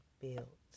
built